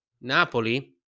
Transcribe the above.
Napoli